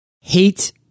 Hate